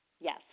Yes